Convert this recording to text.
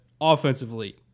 offensively